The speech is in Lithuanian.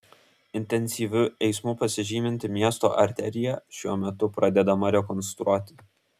intensyviu eismu pasižyminti miesto arterija šiuo metu pradedama rekonstruoti